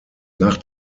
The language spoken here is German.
nach